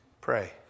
Pray